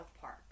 Park